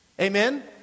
Amen